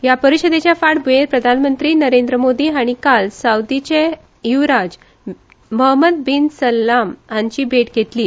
ह्या परीषदेच्या फाटभूयेर प्रधानमंत्री नरेंद्र मोदी हांणी काल सौदीचे युवराज महम्मद बीन सलाम हांची भेट घेतली